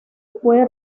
fue